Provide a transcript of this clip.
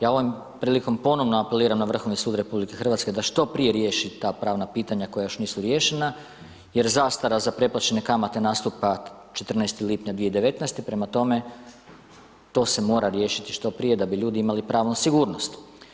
Ja ovom prilikom ponovno apeliram na Vrhovni sud RH da što prije riješi ta pravna pitanja koja još nisu riješena jer zastara za preplaćene kamate nastupan 14. lipnja 2019., prema tome, to se mora riješiti što prije da bi ljudi imali pravnu sigurnost.